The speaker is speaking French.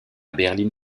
berline